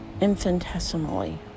infinitesimally